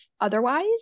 otherwise